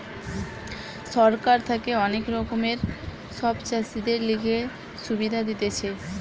সরকার থাকে অনেক রকমের সব চাষীদের লিগে সুবিধা দিতেছে